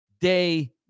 day